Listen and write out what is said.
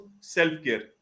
self-care